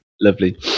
lovely